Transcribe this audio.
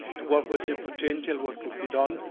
and what was the potential? what could be done?